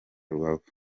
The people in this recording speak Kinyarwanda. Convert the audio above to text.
rubavu